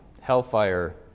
Hellfire